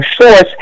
source